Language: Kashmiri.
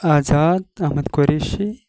آزاد احمد قُریشی